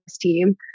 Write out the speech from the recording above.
team